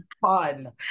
fun